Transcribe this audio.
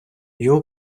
його